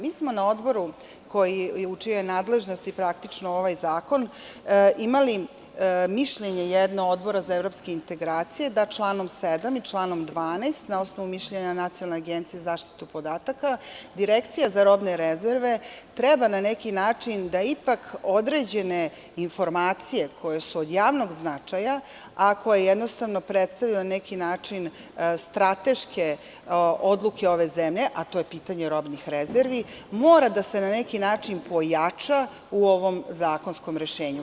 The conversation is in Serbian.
Mi smo na odboru u čijoj je nadležnosti praktično ovaj zakon, imali mišljenje jednog Odbora za evropske integracije, da članom 7. i članom 12. na osnovu mišljenja Nacionalne agencije za zaštitu podataka Direkcija za robne rezerve treba na neki način, da ipak neke određene informacije koje su od javnog značaja, a koje jednostavno predstavljaju na neki način strateške odluke ove zemlje, a to je pitanje robnih rezervi, mora da se na neki način pojača u ovom zakonsku rešenju.